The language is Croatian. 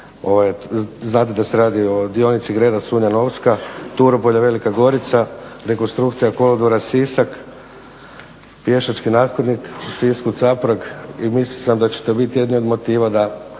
Znate da se radi o dionici Greda-Sunja-Novska-Turopolje-Velika Gorica, rekonstrukcija kolodvora Sisak pješački nathodnik u Sisku, Caprak i mislio sam da će to biti jedan od motiva da